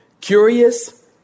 Curious